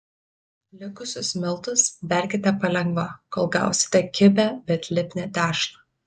likusius miltus berkite palengva kol gausite kibią bet lipnią tešlą